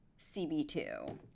CB2